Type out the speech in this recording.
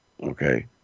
Okay